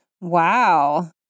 Wow